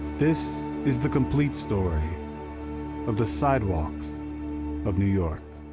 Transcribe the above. this is the complete story of the sidewalks of new york.